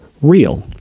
real